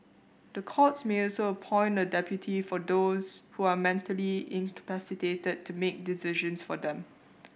the courts may also appoint a deputy for those who are mentally incapacitated that to make decisions for them